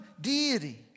deity